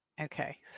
Okay